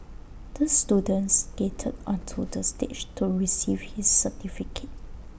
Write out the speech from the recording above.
the student skated onto the stage to receive his certificate